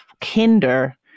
kinder